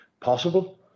possible